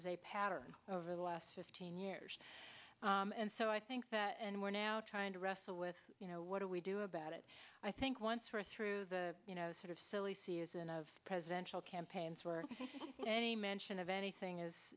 is a pattern over the last fifteen years and so i think that and we're now trying to wrestle with you know what do we do about it i think once we're through the you know sort of silly season of presidential campaigns for any mention of anything